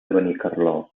benicarló